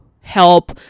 help